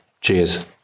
cheers